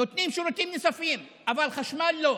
נותנים שירותים נוספים, אבל חשמל לא.